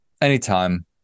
anytime